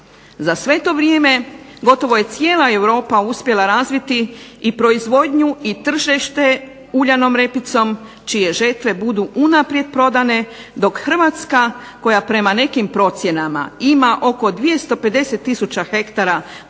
Za sve to vrijeme gotovo je cijela Europa uspjela razviti i proizvodnju i tržište uljanom repicom čije žetve budu unaprijed prodane dok Hrvatska koja prema nekim procjenama ima oko 250 tisuća hektara